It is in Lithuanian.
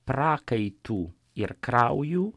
prakaitu ir krauju